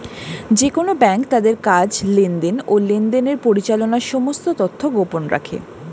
যেকোন ব্যাঙ্ক তাদের কাজ, লেনদেন, ও লেনদেনের পরিচালনার সমস্ত তথ্য গোপন রাখে